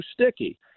sticky